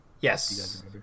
yes